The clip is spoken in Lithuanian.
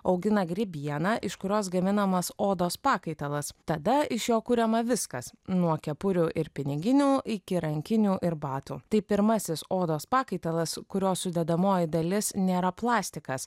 augina grybieną iš kurios gaminamas odos pakaitalas tada iš jo kuriama viskas nuo kepurių ir piniginių iki rankinių ir batų tai pirmasis odos pakaitalas kurio sudedamoji dalis nėra plastikas